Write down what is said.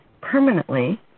permanently